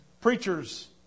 Preachers